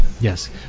Yes